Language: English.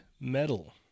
metal